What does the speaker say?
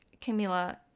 Camila